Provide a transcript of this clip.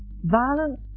violence